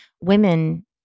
women